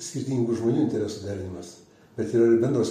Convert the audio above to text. skirtingų žmonių interesų derinimas bet yra ir bendros